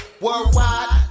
Worldwide